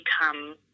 become